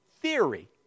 theory